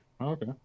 Okay